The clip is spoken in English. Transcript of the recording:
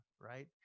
right